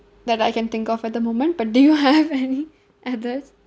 that I can think of at the moment but do you have any others